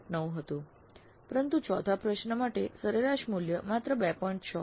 9 હતું પરંતુ ચોથા પ્રશ્ન માટે સરેરાશ મૂલ્ય માત્ર 2